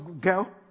girl